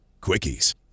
Quickies